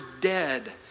dead